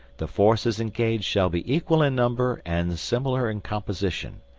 the forces engaged shall be equal in number and similar in composition.